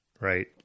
right